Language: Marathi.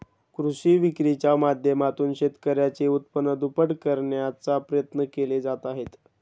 कृषी विक्रीच्या माध्यमातून शेतकऱ्यांचे उत्पन्न दुप्पट करण्याचा प्रयत्न केले जात आहेत